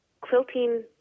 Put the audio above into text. quilting